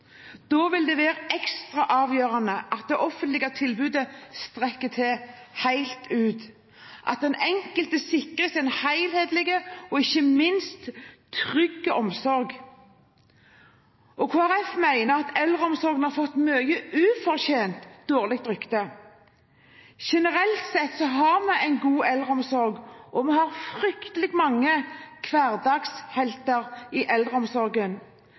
Da vil det være ekstra avgjørende at det offentlige tilbudet strekker til helt ut, og at den enkelte sikres en helhetlig og ikke minst trygg omsorg. Kristelig Folkeparti mener at eldreomsorgen har fått et ufortjent dårlig rykte. Generelt sett har vi en god eldreomsorg, og vi har fryktelig mange hverdagshelter i eldreomsorgen,